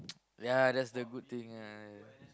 yeah that's the good thing yeah